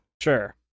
Sure